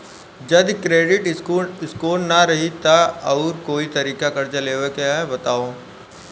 जदि credit score ना रही त आऊर कोई तरीका कर्जा लेवे के बताव?